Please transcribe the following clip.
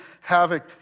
havoc